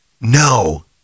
no